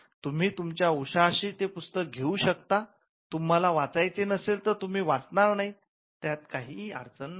तुम्ही तुमच्या उशाशी ते पुस्तक घेऊ शकता तुम्हाला वाचायचं नसेल तुम्ही वाचणार नाहीत त्यातही काही अडचण नाही